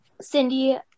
Cindy